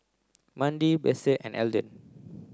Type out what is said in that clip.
Mandi Besse and Elden